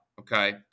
okay